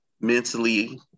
mentally